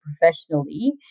professionally